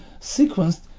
sequenced